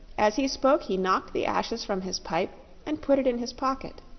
as he spoke, he knocked the ashes from his pipe and put it in his pocket.